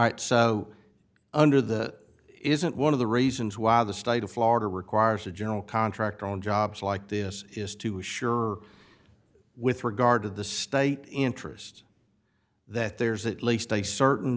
action under the isn't one of the reasons why the state of florida requires a general contractor on jobs like this is to assure with regard to the state interest that there's at least a certain